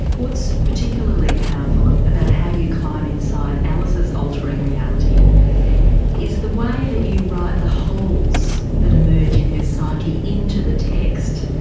what's particularly powerful about how you climb inside alice's altering reality is the way that you write the holes that emerge in her psyche into the text.